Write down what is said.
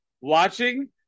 watching